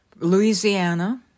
Louisiana